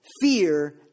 fear